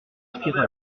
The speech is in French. respira